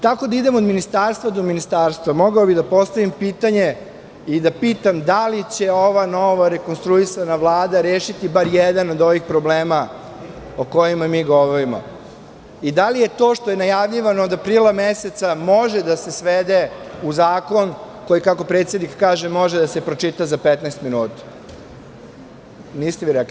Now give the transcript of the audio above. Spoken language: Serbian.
Tako da idem od ministarstva do ministarstva, mogao bih da postavim pitanje i da pitam – da li će ova nova rekonstruisana Vlada rešiti bar jedan od ovih problema o kojima mi govorimo i da li to što je najavljivano od aprila meseca može da se svede u zakon koji, kako predsednik kaže, može da se pročita za petnaest minuta?